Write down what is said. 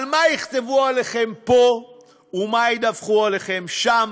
על מה יכתבו עליכם פה ומה ידווחו עליכם שם.